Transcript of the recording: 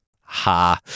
Ha